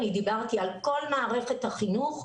אני דיברתי על כל מערכת החינוך,